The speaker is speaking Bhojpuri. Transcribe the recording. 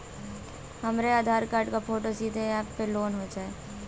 हमरे आधार कार्ड क फोटो सीधे यैप में लोनहो जाई?